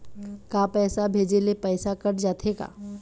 का पैसा भेजे ले पैसा कट जाथे का?